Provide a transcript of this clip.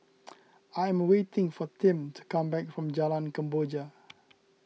I am waiting for Tim to come back from Jalan Kemboja